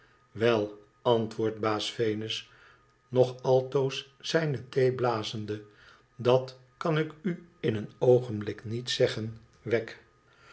wel antwoordt baas venus nog altoos zijne thee blazende dat kan ik a in een oogenblik niet zeggen wegg